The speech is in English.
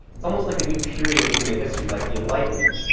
it's almost like a new period of human history, like the enlightenment,